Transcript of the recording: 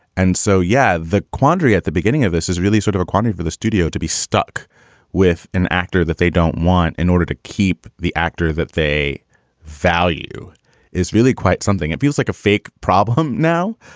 and so, yeah. the quandary at the beginning of this is really sort of a quantity for the studio to be stuck with an actor that they don't want in order to keep the actor that they value is really quite something that feels like a fake problem now.